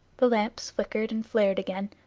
the lamps flickered and flared again,